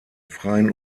freien